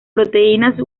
proteínas